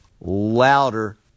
louder